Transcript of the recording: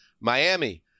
Miami